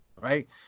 Right